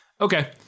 Okay